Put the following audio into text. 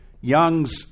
Young's